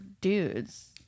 dudes